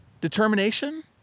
determination